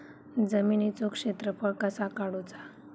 जमिनीचो क्षेत्रफळ कसा काढुचा?